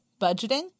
budgeting